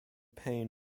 pain